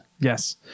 Yes